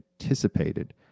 anticipated